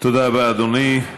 תודה רבה, אדוני.